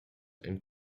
and